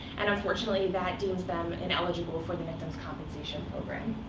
and unfortunately, that deems them and eligible for the victim's compensation program.